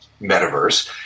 metaverse